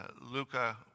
Luca